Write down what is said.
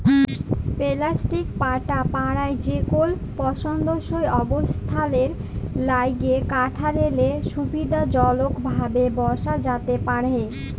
plastic পাটা পারায় যেকল পসন্দসই অবস্থালের ল্যাইগে কাঠেরলে সুবিধাজলকভাবে বসা যাতে পারহে